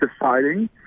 deciding